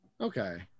Okay